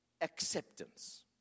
acceptance